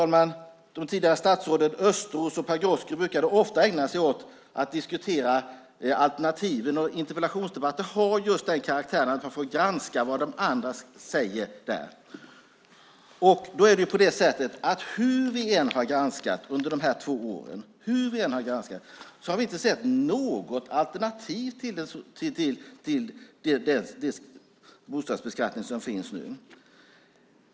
De tidigare statsråden Östros och Pagrotsky ägnade sig ofta åt att diskutera alternativen. Interpellationsdebatter har just karaktären att man får granska vad de andra säger. Hur vi än har granskat under de här två åren har vi inte sett något alternativ till den bostadsbeskattning som finns nu.